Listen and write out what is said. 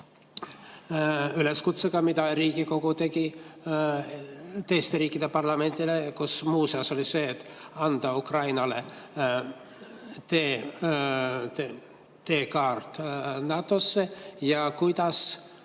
üleskutsega, mida Riigikogu tegi teiste riikide parlamentidele, kus muuseas oli see, et anda Ukrainale teekaart NATO‑sse. Kuidas